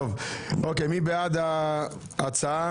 אוקיי, מי בעד ההצעה